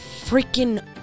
freaking